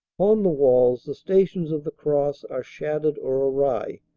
upon the walls the stations of the cross are shattered or awry.